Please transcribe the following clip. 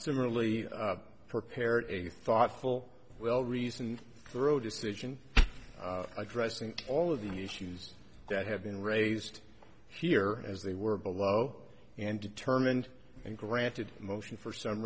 similarly preparing a thoughtful well reasoned decision addressing all of the issues that have been raised here as they were below and determined and granted motion for s